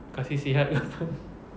kasih sihat ke apa